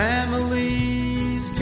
Families